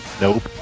Nope